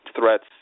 threats